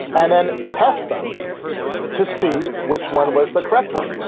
and then test them to see which one was the correct one.